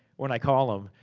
when i call him.